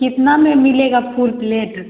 कितना में मिलेगा फुल प्लेट